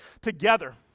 together